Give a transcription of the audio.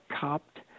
copped